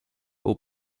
aux